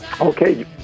Okay